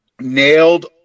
nailed